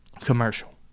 commercial